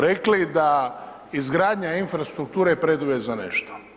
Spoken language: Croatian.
rekli da izgradnja infrastrukture preduvjet za nešto.